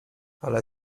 ale